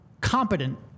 competent